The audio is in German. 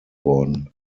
worden